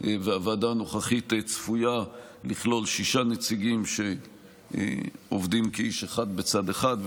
והוועדה הנוכחית צפויה לכלול שישה נציגים שעומדים כאיש אחד בצד אחד,